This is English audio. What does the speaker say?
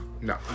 No